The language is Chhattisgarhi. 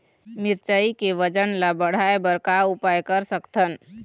मिरचई के वजन ला बढ़ाएं बर का उपाय कर सकथन?